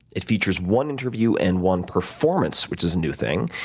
it features one interview and one performance which is a new thing.